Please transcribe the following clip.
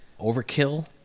Overkill